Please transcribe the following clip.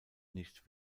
nicht